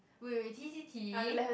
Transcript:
wait wait t_c_t